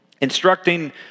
instructing